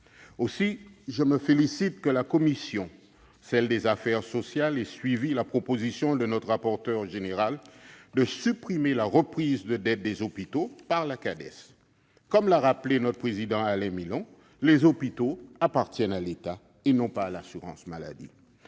Aussi, je me félicite que la commission des affaires sociales ait suivi la proposition de notre rapporteur de supprimer la reprise de la dette des hôpitaux par la Cades. Comme l'a rappelé notre président Alain Milon, les hôpitaux appartiennent à l'État et non à l'assurance maladie.